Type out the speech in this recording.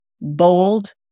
bold